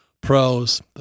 pros